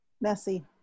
messy